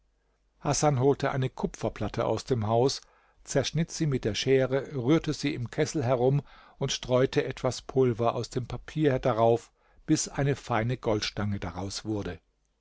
hasan holte eine kupferplatte aus dem haus zerschnitt sie mit der schere rührte sie im kessel herum und streute etwas pulver aus dem papier darauf bis eine feine goldstange daraus wurde